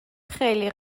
خیلی